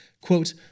quote